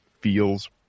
feels